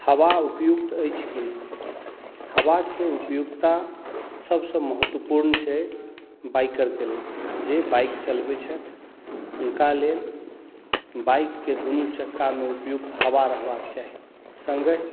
हवा उपयुक्त अछि कि नहि हवाके उपयुक्तता सभसँ महत्वपूर्ण छै बाइकरके लेल जे बाइक चलबै छथि हुनका लेल बाइकके दुनू चक्कामे उपयुक्त हवा रहबाक चाही सँगहि